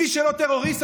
מי שלא טרוריסט,